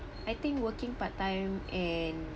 I think working part time and